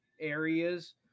areas